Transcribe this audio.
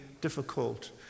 difficult